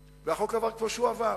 והחוק עבר כמו שהוא עבר.